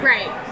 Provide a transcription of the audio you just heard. Right